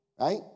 Right